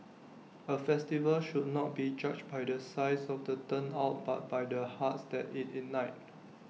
A festival should not be judged by the size of the turnout but by the hearts that IT ignited